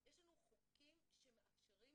יש לנו חוקים שמאפשרים